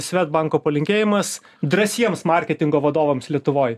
svedbanko palinkėjimas drąsiems marketingo vadovams lietuvoj